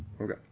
Okay